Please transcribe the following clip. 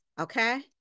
okay